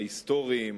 ההיסטוריים,